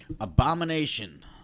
Abomination